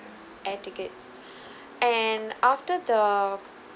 air tickets and after the